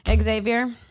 Xavier